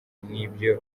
n’ibyo